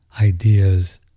ideas